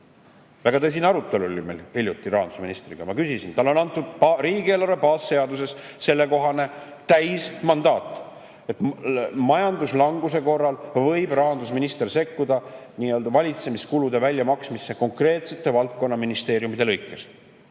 Väga tõsine arutelu oli meil hiljuti rahandusministriga. Ma küsisin. Talle on antud riigieelarve baasseaduses sellekohane täismandaat. Majanduslanguse korral võib rahandusminister sekkuda valitsemiskulude väljamaksmisse konkreetsete valdkondade, ministeeriumide lõikes.